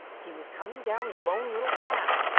he was coming down the lone little path,